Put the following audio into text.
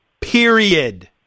period